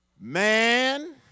man